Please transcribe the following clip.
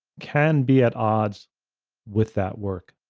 can be at odds with that work.